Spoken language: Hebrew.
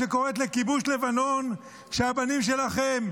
שקוראת לכיבוש לבנון כשהבנים שלכם,